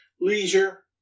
leisure